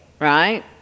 right